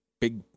big